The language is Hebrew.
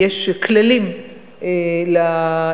ויש כללים למכרזים,